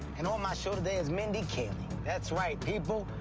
and on my show today is mindy kaling. that's right, people.